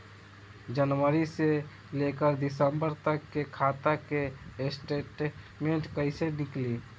जनवरी से लेकर दिसंबर तक के खाता के स्टेटमेंट कइसे निकलि?